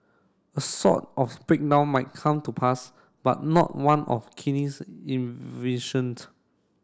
a sort of breakdown might come to pass but not one of Keynes envisioned